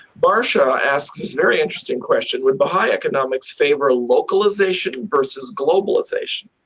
barsha asks a very interesting question would baha'i economics favor localization versus globalization?